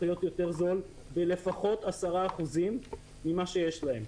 להיות יותר זול לפחות ב-10% ממה שיש להם.